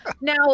Now